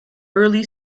early